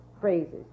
phrases